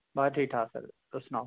ठीक ठाक तुस सनाओ